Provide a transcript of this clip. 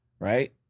Right